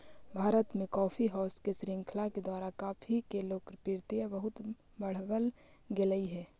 भारत में coffee house के श्रृंखला के द्वारा कॉफी के लोकप्रियता बहुत बढ़बल गेलई हे